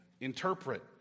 Interpret